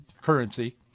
currency